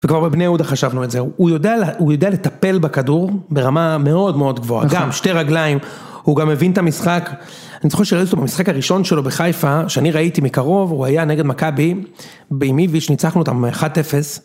וכבר בבני אהודה חשבנו את זה, הוא יודע לטפל בכדור ברמה מאוד מאוד גבוהה, גם שתי רגליים, הוא גם הבין את המשחק. אני זוכר שראיתי אותו במשחק הראשון שלו בחיפה, שאני ראיתי מקרוב, הוא היה נגד מכבי, במיביש ניצחנו אותם 1-0.